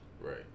Right